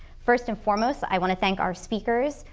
first and foremost i want to thank our speakers,